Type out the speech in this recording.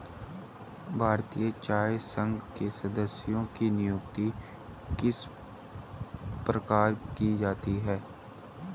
भारतीय चाय संघ के सदस्यों की नियुक्ति किस प्रकार की जाती है?